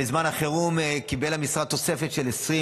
בזמן החירום קיבל המשרד תוספת של 20